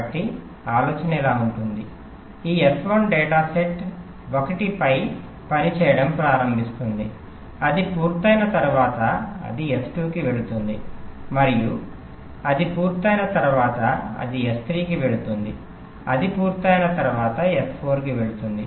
కాబట్టి ఆలోచన ఇలా ఉంటుంది ఈ S1 డేటా సెట్ 1 పై పనిచేయడం ప్రారంభిస్తుంది అది పూర్తయిన తర్వాత అది S2 కి వెళుతుంది మరియు అది పూర్తయిన తర్వాత అది S3 కి వెళుతుంది అది పూర్తయిన తర్వాత S4 కి వెళుతుంది